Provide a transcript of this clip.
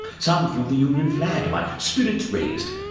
some flew the union flag and my spirits raised.